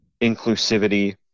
inclusivity